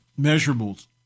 measurables